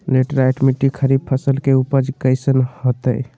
Laterite मिट्टी खरीफ फसल के उपज कईसन हतय?